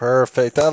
Perfect